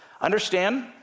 Understand